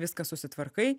viską susitvarkai